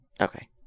Okay